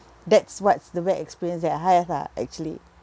that's what's the bad experience that I have lah actually